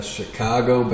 Chicago